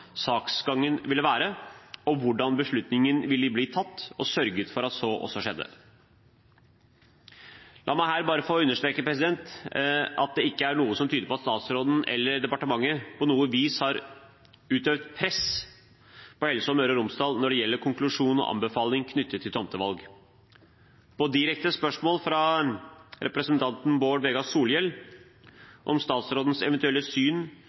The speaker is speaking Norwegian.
saksgangen ville være, og hvordan beslutningene ville bli tatt – og sørget for at så også skjedde. La meg her bare få understreke at det ikke er noe som tyder på at statsråden eller departementet på noe vis har utøvd press på Helse Møre og Romsdal når det gjelder konklusjon og anbefaling knyttet til tomtevalg. På direkte spørsmål fra representanten Bård Vegar Solhjell om statsrådens eventuelle syn